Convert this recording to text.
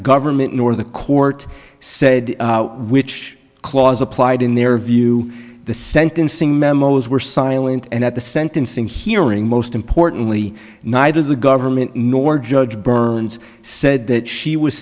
government nor the court said which clause applied in their view the sentencing memos were silent and at the sentencing hearing most importantly neither the government nor judge burns said that she was